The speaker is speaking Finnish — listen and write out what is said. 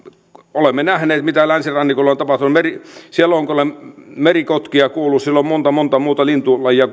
olemme nähneet mitä länsirannikolla on tapahtunut siellä on merikotkia kuollut siellä on monta monta muuta lintulajia